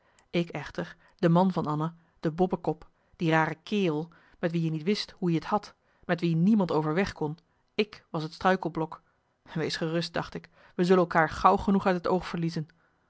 ik echter de man van anna de bobbekop die rare kerel met wie je niet wist hoe je t hadt met wie niemand overweg kon ik was het struikelblok wees gerust dacht ik we zullen elkaar gauw genoeg uit het oog verliezen